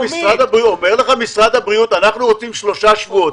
אבל אומר לך משרד הבריאות: אנחנו רוצים שלושה שבועות.